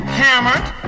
hammered